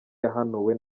yahanuwe